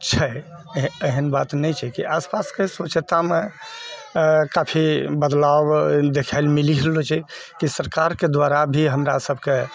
छै एहन बात नहि छै कि आस पासके स्वच्छतामऽ काफी बदलाव देखय लऽ मिली गेलो छै कि सरकारके द्वारा भी हमरा सभके